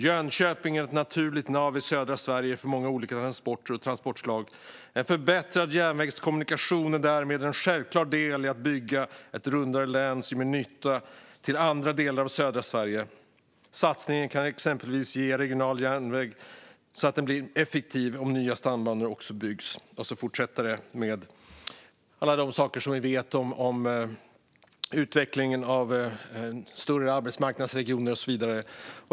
Jönköping är ett naturligt nav i södra Sverige för många olika transporter och transportslag. En förbättrad järnvägskommunikation är därmed en självklar del i att bygga ett 'rundare län' som ger nytta till andra delar av södra Sverige. Satsningen på exempelvis mer regional järnväg blir effektiv om nya stambanor också byggs." Sedan fortsätter det med alla saker vi vet, utvecklingen av större arbetsmarknadsregioner och så vidare.